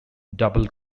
double